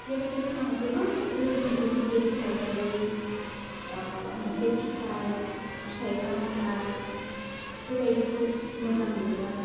बेबायदिनो आङो गोबां रोखोमनि मिथिंगायारि सावगारि बा माबा मोनसे फिथाय फिथाय सामथाय बिफोरबायदिखौ मोजां मोनो आरो